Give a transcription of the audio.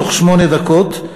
בתוך שמונה דקות,